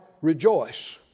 rejoice